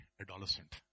adolescent